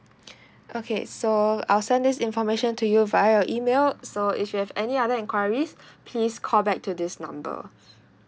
okay so I'll send this information to you via email so if you have any other enquiries please call back to this number